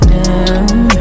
down